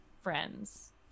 friends